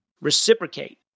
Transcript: reciprocate